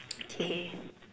okay